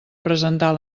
presentar